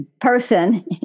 person